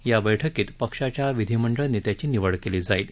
या बैठकीत पक्षाच्या विधिमंडळ नेत्याची निवड केली जाईल